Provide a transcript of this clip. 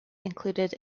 included